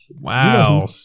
Wow